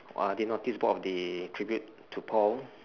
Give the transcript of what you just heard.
[wah] the noticeboard of the tribute to paul